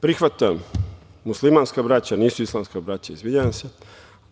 Prihvatam, muslimanska braća, nisu islamska braća, izvinjavam se.